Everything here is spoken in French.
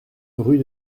rue